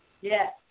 Yes